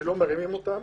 ולא מרימים אותם.